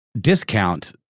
Discount